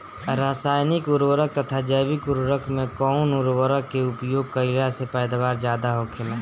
रसायनिक उर्वरक तथा जैविक उर्वरक में कउन उर्वरक के उपयोग कइला से पैदावार ज्यादा होखेला?